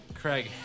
Craig